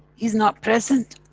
he's not present?